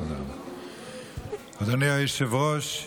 תודה רבה, אדוני היושב-ראש.